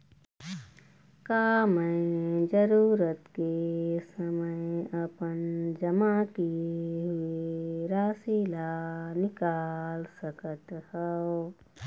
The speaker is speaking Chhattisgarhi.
का मैं जरूरत के समय अपन जमा किए हुए राशि ला निकाल सकत हव?